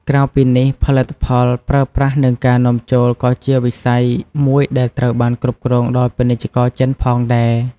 ក្រៅពីនេះ ផលិតផលប្រើប្រាស់និងការនាំចូលក៏ជាវិស័យមួយដែលត្រូវបានគ្រប់គ្រងដោយពាណិជ្ជករចិនផងដែរ។